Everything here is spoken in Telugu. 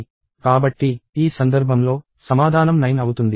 కాబట్టి ఈ సందర్భంలో సమాధానం 9 అవుతుంది